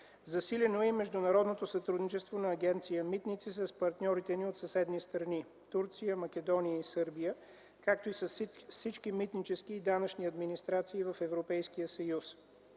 Засилено е международното сътрудничество на Агенция „Митници” с партньорите ни от съседни страни – Турция, Македония и Сърбия, както и с всички митнически и данъчни администрации в Европейския съюз.